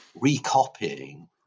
recopying